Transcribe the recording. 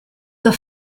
the